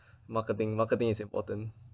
marketing marketing is important